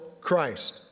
Christ